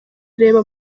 reba